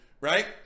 Right